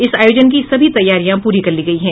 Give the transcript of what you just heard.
इस आयोजन की सभी तैयारियाँ पूरी कर ली गई है